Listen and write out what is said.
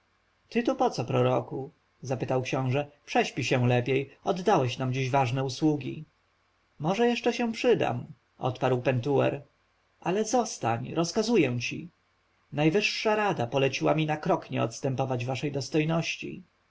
ty tu poco proroku zapytał go książę prześpij się lepiej oddałeś nam dzisiaj ważne usługi może jeszcze się przydam odparł pentuer ale zostań rozkazuję ci najwyższa rada poleciła mi na krok nie odstępować waszej dostojności następca